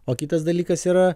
o kitas dalykas yra